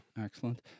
excellent